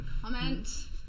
comment